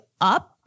up